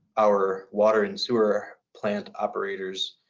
our water and sewer plant operators